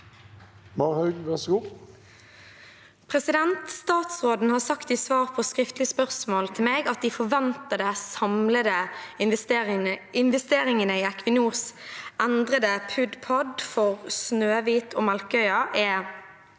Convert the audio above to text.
«Statsråden har sagt i svar på skriftlig spørsmål til meg at de forventede samlede investeringene i Equinors endrede PUD/PAD for Snøhvit og Melkøya er